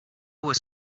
was